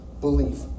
belief